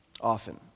often